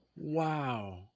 Wow